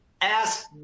ask